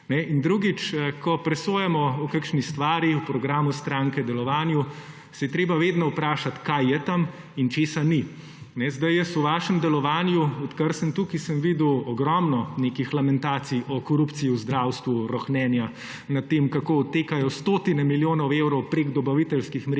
Drugič, ko presojamo o kakšni stvari, o programu stranke, o delovanju, se je treba vedno vprašati, kaj je tam in česa ni. Jaz o vašem delovanju, odkar sem tukaj, sem videl ogromno nekih lamentacij o korupciji v zdravstvu, rohnenja nad tem, kako odtekajo stotine milijonov evrov preko dobaviteljskih mrež